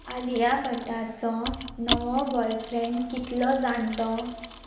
आलिया भटाचो नवो बॉयफ्रेंड कितलो जाणटो